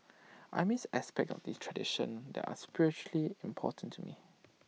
I missed aspects of these traditions that are spiritually important to me